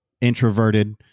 introverted